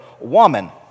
woman